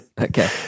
Okay